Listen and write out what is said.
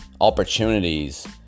opportunities